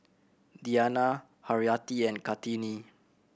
Diyana Haryati and Kartini